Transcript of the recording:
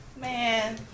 Man